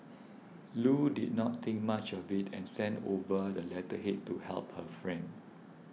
Loo did not think much of it and sent over the letterhead to help her friend